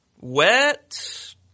wet